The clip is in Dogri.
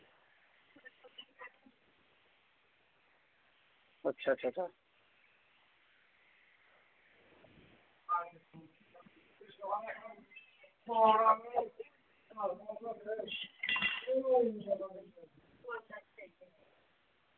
अच्छा अच्छ अच्छा